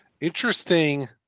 interesting